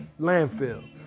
landfill